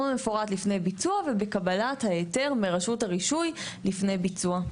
המפורט לפני ביצוע ובקבלת ההיתר מרשות הרישוי לפני ביצוע.